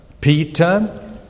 Peter